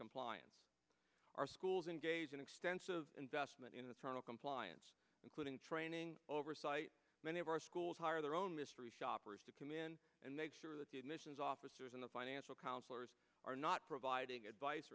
compliance our schools and gays and extensive investment in the sternal compliance including training oversight many of our schools hire their own mystery shoppers to come in and make sure that the admissions officers and the financial counselors are not providing advice